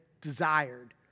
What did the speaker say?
desired